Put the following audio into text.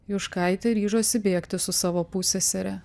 juškaitė ryžosi bėgti su savo pussesere